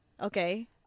okay